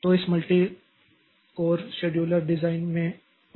तो इस multi core scheduler design में मसले है